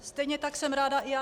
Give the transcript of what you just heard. Stejně tak jsem ráda i já.